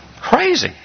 Crazy